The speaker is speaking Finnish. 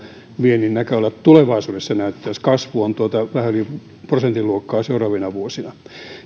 viennin näköalat tulevaisuudessa näyttävät jos kasvu on tuota vähän yli prosentin luokkaa seuraavina vuosina